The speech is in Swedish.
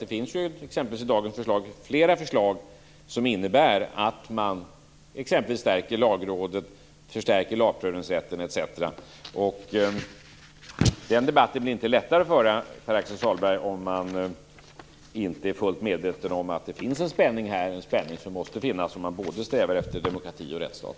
Det finns i dag flera förslag som innebär att man stärker Lagrådet och förstärker lagprövningsrätten. Den debatten blir inte lättare att föra, Pär-Axel Sahlberg, om man inte är fullt medveten om att det här finns - och måste finnas - en spänning om man strävar efter både demokrati och rättsstat.